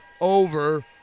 over